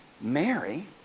Mary